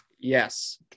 Yes